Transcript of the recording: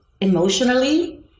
emotionally